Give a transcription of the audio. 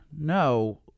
No